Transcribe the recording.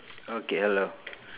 okay hello